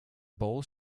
bowl